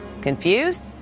Confused